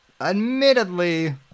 admittedly